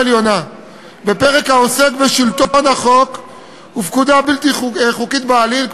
העליונה בפרק העוסק בשלטון החוק ופקודה בלתי חוקית בעליל,